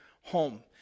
home